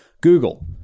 Google